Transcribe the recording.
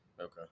Okay